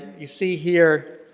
you see here,